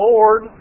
Lord